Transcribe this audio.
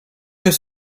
jest